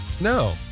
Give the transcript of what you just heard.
No